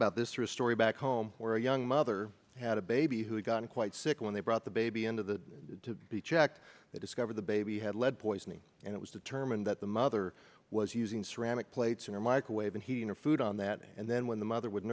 about this for a story home where a young mother had a baby who got quite sick when they brought the baby into the to be checked they discovered the baby had lead poisoning and it was determined that the mother was using ceramic plates in a microwave and he in a food on that and then when the mother would